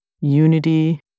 unity